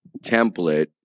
template